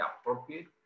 appropriate